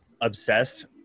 obsessed